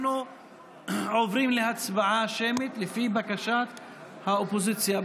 אנחנו עוברים להצבעה שמית, לפי בקשת האופוזיציה.